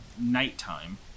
nighttime